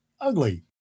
ugly